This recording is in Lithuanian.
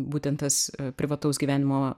būtent tas privataus gyvenimo